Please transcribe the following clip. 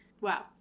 Wow